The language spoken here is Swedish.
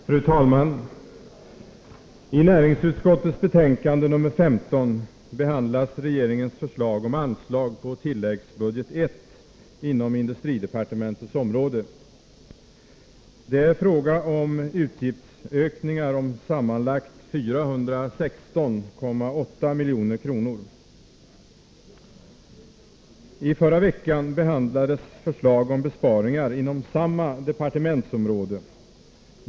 Fru talman! I näringsutskottets betänkande nr 15 behandlas regeringens förslag om anslag på tilläggsbudget I inom industridepartementets område. Det är fråga om utgiftsökningar om sammanlagt 416,8 milj.kr. I förra veckan behandlades förslag om besparingar inom samma Nr 55 departementsområde.